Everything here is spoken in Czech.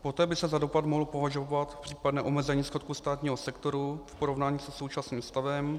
Poté by se za dopad mohlo považovat případné omezení schodku státního sektoru v porovnání se současným stavem.